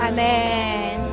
Amen